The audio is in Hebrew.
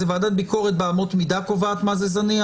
זו ועדת ביקורת באמות מידה קובעת מה זה זניח.